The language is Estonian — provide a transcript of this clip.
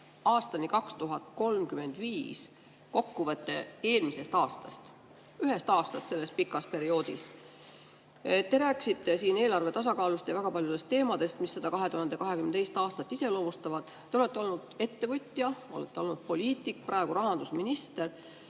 arengustrateegia kokkuvõte eelmisest aastast, ühest aastast selle pika perioodi jooksul. Te rääkisite siin eelarve tasakaalust ja väga paljudest teemadest, mis seda 2022. aastat iseloomustasid. Te olete olnud ettevõtja, olete olnud poliitik, praegu olete rahandusminister.